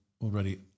already